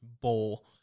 bowl